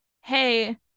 hey